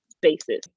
basis